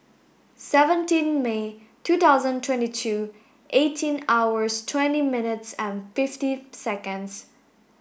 seventeen May two thousand twenty two eighteen hours twenty minutes and fifty seconds